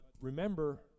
remember